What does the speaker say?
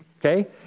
okay